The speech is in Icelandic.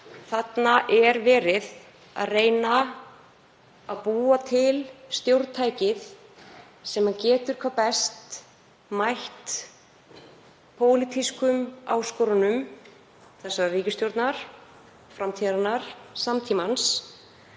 þarna sé verið að reyna að búa til stjórntæki sem getur hvað best mætt pólitískum áskorunum þessarar ríkisstjórnar og framtíðarinnar, samtímans,